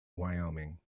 wyoming